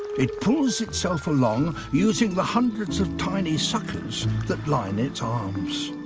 it pulls itself along, using the hundreds of tiny suckers that line its arms.